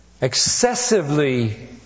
excessively